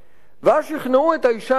ואז שכנעו את האשה הזקנה,